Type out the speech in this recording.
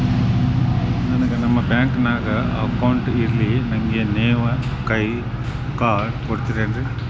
ನನ್ಗ ನಮ್ ಬ್ಯಾಂಕಿನ್ಯಾಗ ಅಕೌಂಟ್ ಇಲ್ರಿ, ನನ್ಗೆ ನೇವ್ ಕೈಯ ಕಾರ್ಡ್ ಕೊಡ್ತಿರೇನ್ರಿ?